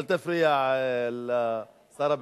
אל תפריע לשר הביטחון,